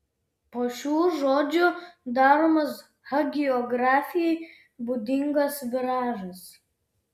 po šių žodžių daromas hagiografijai būdingas viražas